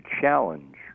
challenge